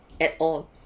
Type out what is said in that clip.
at all